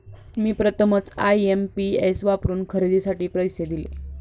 मी प्रथमच आय.एम.पी.एस वापरून खरेदीसाठी पैसे दिले